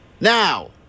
now